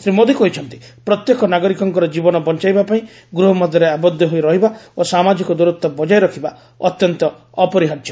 ଶ୍ରୀ ମୋଦୀ କହିଛନ୍ତି ପ୍ରତ୍ୟେକ ନାଗରିକଙ୍କର ଜୀବନ ବଞ୍ଚାଇବା ପାଇଁ ଗୃହ ମଧ୍ୟରେ ଆବଦ୍ଧ ହୋଇ ରହିବା ଓ ସାମାଜିକ ଦୂରତ୍ୱ ବଜାୟ ରଖିବା ଅତ୍ୟନ୍ତ ଅପରିହାର୍ଯ୍ୟ